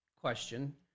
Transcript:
Question